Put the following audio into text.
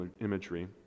imagery